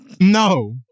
No